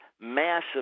massive